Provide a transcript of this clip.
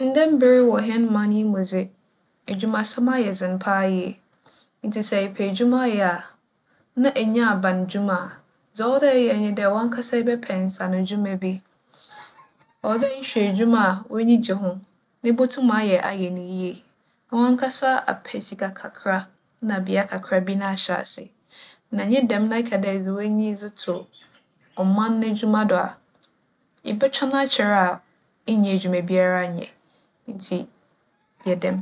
Ndɛ mber yi wͻ hɛn man yi mu dze, edwumasɛm ayɛ dzen paa yie. Ntsi sɛ epɛ edwuma ayɛ a, na ennya abandwuma, dza ͻwͻ dɛ eyɛ nye dɛ woarankasa ebɛpɛ nsanodwuma bi. ͻwͻ dɛ ehwɛ edwuma a w'enyi gye ho na ibotum ayɛ ayɛ no yie. Na woarankasa apɛ sika kakra na bea krakraabi na ahyɛ ase. Na nnyɛ dɛm na eka dɛ edze w'enyi dze to ͻman n'edwuma do a, ebͻtweͻn akyɛr a innya edwuma biara nnyɛ, ntsi yɛ dɛm.